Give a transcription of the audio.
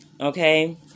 okay